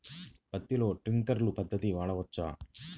పత్తిలో ట్వింక్లర్ పద్ధతి వాడవచ్చా?